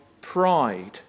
pride